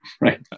Right